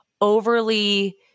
overly